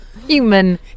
Human